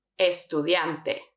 estudiante